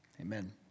Amen